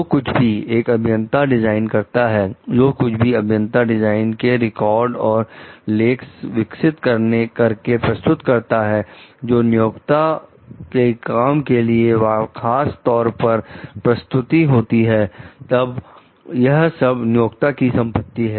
जो कुछ भी एक अभियंता डिजाइन करता है जो कुछ भी अभियंता डिजाइन के रिकॉर्ड और लेख विकसित करके प्रस्तुत करता है जोकि नियोक्ता के काम के लिए खास तौर पर प्रस्तुति होती है तब यह सब नियोक्ता की संपत्ति है